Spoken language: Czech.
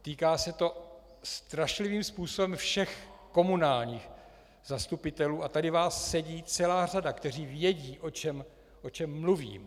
Týká se to strašlivým způsobem všech komunálních zastupitelů, a tady vás sedí celá řada, kteří vědí, o čem mluvím.